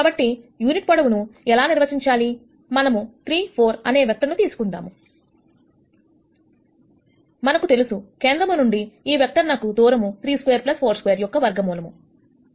కాబట్టి ఈ యూనిట్ పొడవును ఎలా నిర్వచించాలి మనం 3 4 అనే వెక్టర్ను తీసుకుందాం మనకు తెలుసు కేంద్రము నుండి ఈ వెక్టర్ నకు దూరము 32 42 యొక్క వర్గ మూలము5